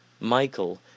Michael